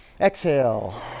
Exhale